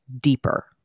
deeper